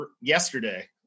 yesterday